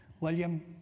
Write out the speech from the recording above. William